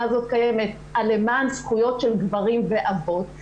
הזאת קיימת למען זכויות של גברים ואבות,